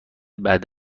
بعد